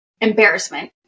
embarrassment